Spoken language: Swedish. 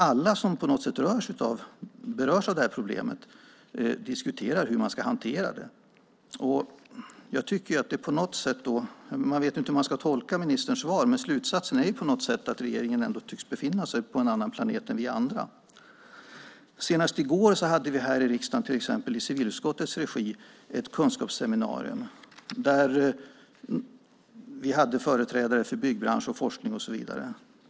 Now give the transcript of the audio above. Alla som på något sätt berörs av problemet diskuterar hur man ska hantera det. Jag vet inte hur jag ska tolka ministerns svar, men slutsatsen är på något sätt att regeringen ändå tycks befinna sig på en annan planet än vi andra. Senast i går hade vi här i riksdagen i civilutskottets regi ett kunskapsseminarium med företrädare för byggbransch, forskning och så vidare.